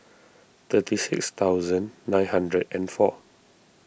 thirty six thousand nine hundred and four